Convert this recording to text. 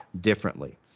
differently